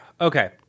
okay